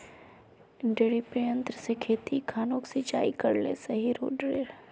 डिरिपयंऋ से खेत खानोक सिंचाई करले सही रोडेर?